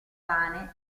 pane